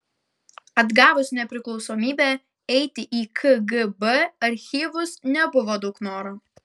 atgavus nepriklausomybę eiti į kgb archyvus nebuvo daug noro